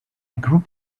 group